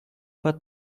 pas